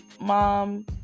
mom